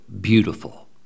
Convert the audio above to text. beautiful